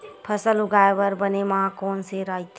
फसल उगाये बर बने माह कोन से राइथे?